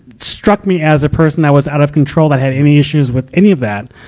struck me as a person that was out of control, that had any issues with any of that.